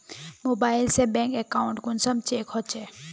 Mobile से bank account कुंसम check होचे?